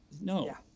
No